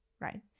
right